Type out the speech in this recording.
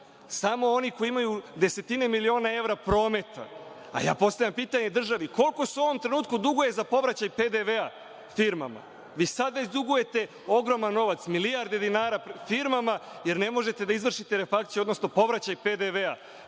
samo oni koji imaju desetine miliona evra prometa. Postavljam pitanje državi – koliko se u ovom trenutku duguje za povraćaj PDV-a firmama? Vi već sada dugujete ogroman novac, milijarde dinara firmama, jer ne možete da izvršite povraćaj PDV-a.